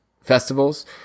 festivals